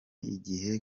igihe